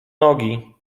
nogi